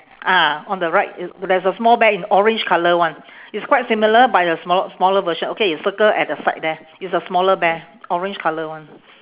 ah on the right there's a small bear in orange colour one it's quite similar but in a smaller smaller version okay you circle at the side there it's a smaller bear orange colour one